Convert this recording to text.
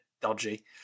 dodgy